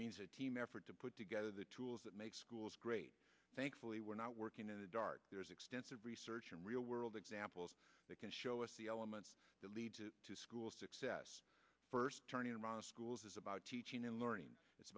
means a team effort to put together the tools that make schools great thankfully we're not working in the dark there is extensive research and real world examples that can show us the elements that lead to school success first turning around schools is about teaching and learning it's